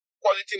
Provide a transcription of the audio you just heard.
quality